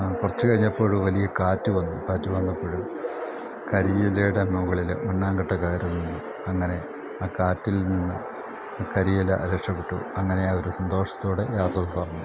കുറച്ച് കഴിഞ്ഞപ്പോള് വലിയ കാറ്റ് വന്നു കാറ്റ് വന്നപ്പോള് കരിയിലയുടെ മുകളില് മണ്ണാങ്കട്ട കയറിനിന്നു അങ്ങനെ ആ കാറ്റിൽ നിന്ന് കരിയില രക്ഷപ്പെട്ടു അങ്ങനെ അവര് സന്തോഷത്തോടെ യാത്ര തുടർന്നു